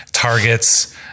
Targets